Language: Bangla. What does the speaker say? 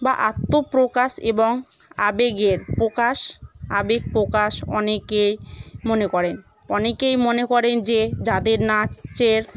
বা আত্মপ্রকাশ এবং আবেগের প্রকাশ আবেগ প্রকাশ অনেকেই মনে করেন অনেকেই মনে করেন যে যাদের নাচের